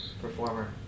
performer